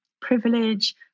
privilege